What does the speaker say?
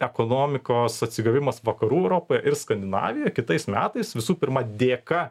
ekonomikos atsigavimas vakarų europoje ir skandinavijoj kitais metais visų pirma dėka